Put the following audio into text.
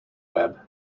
web